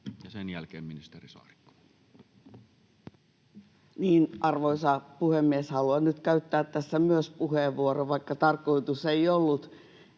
Time: 15:26 Content: Arvoisa puhemies! Haluan nyt käyttää tässä myös puheenvuoron, vaikka tarkoitus ei ollut